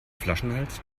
flaschenhals